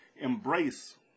embrace